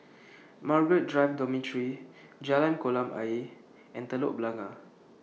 Margaret Drive Dormitory Jalan Kolam Ayer and Telok Blangah